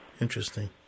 Interesting